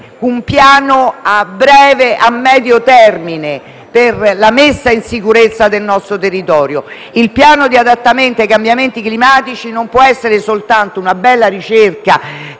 un piano a breve e medio termine per la messa in sicurezza del nostro territorio. Il Piano nazionale di adattamento ai cambiamenti climatici non può essere soltanto una bella ricerca